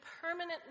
permanent